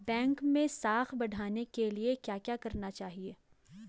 Bank मैं साख बढ़ाने के लिए क्या क्या करना चाहिए?